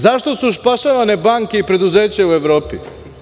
Zašto su spašavane banke i preduzeća u Evropi?